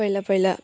पहिला पहिला